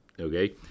Okay